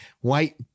white